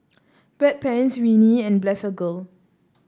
Bedpans Rene and Blephagel